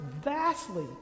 vastly